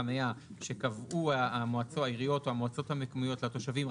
חנייה שקבעו העיריות או המועצות המקומיות לתושבים,